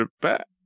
back